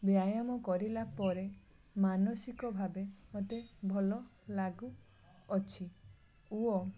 ବ୍ୟାୟାମ କରିଲା ପରେ ମାନସିକ ଭାବେ ମୋତେ ଭଲ ଲାଗୁ ଅଛି ଓ